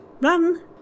Run